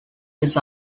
just